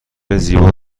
زیبا